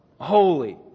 Holy